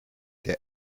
der